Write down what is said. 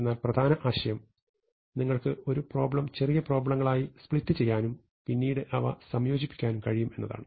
എന്നാൽ പ്രധാന ആശയം നിങ്ങൾക്ക് ഒരു പ്രോബ്ലം ചെറിയ പ്രോബ്ലെങ്ങളായി സ്പ്ലിറ്റ് ചെയ്യാനും പിന്നീട് അവയെ സംയോജിപ്പിക്കാനും കഴിയും എന്നതാണ്